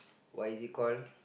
what is it call